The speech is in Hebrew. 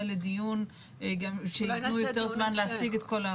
לדיון שיתנו יותר זמן להציג את כל העבודה.